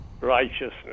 righteousness